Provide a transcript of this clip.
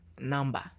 number